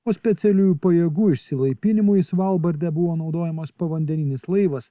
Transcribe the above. o specialiųjų pajėgų išsilaipinimui į svalbardą buvo naudojamas povandeninis laivas